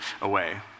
away